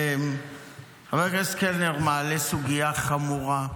חבר הכנסת קלנר מעלה סוגיה חמורה,